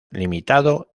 limitado